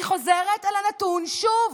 אני חוזרת אל הנתון שוב: